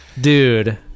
Dude